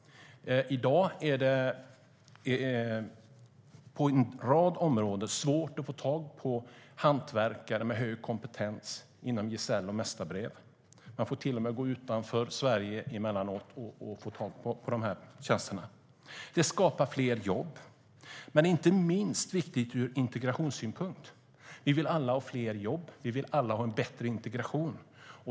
I dag är det på en rad områden svårt att få tag på hantverkare med hög kompetens och med gesällbrev eller mästarbrev; man får till och med emellanåt gå utanför Sverige för att få tag på de här tjänsterna. Det skapar också fler jobb. Men det är inte minst viktigt ur integrationssynpunkt. Vi vill alla ha fler jobb och en bättre integration.